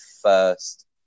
first